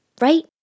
right